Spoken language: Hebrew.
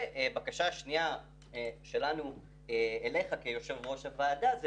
ובקשה שנייה שלנו, אליך, כיושב-ראש הוועדה זה